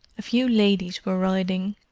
a few ladies were riding,